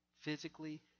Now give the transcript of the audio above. physically